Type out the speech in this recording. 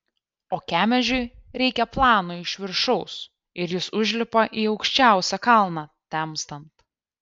o kemežiui reikia plano iš viršaus ir jis užlipa į aukščiausią kalną temstant